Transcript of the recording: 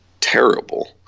terrible